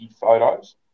photos